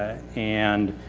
and,